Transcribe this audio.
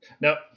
Now